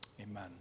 amen